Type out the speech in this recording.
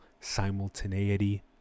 simultaneity